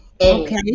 Okay